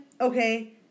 okay